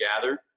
gather